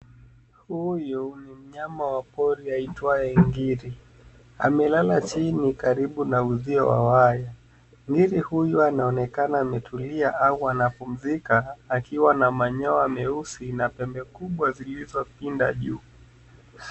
Huyu ni mnyama wa pori aitwaye ngiri. Amelala chini karibu na uzio wa waya. Ngiri huyu anaonekana ametulia au anapumzika akiwa na manyoya meusi na pembe kubwa zilizopinda juu.